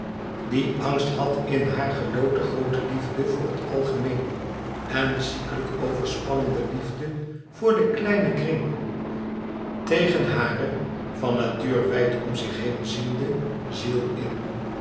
die angst had in haar gedood de groote liefde voor het algemeen en ziekelijk overspannen de liefde voor den kleinen kring tegen hare van natuur wijd om zich heen ziende ziel in